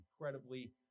incredibly